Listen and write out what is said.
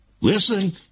Listen